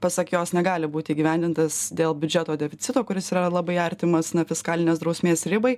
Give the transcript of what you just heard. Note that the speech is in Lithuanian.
pasak jos negali būti įgyvendintas dėl biudžeto deficito kuris yra labai artimas na fiskalinės drausmės ribai